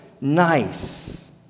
nice